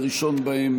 והראשון בהם,